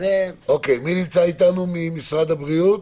מי נמצא איתנו ממשרד הבריאות?